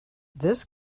this